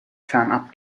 fernab